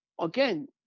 again